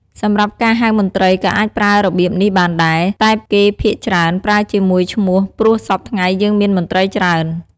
សម្រាប់ការហៅមន្រ្តីក៏អាចប្រើរបៀបនេះបានដែល តែគេភាគច្រើនប្រើជាមួយឈ្មោះព្រោះសព្វថ្ងៃយើងមានមន្រ្តីច្រើន។